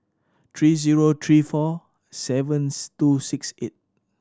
three zero three four seven two six eight